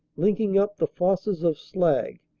linking up the fosses of slag,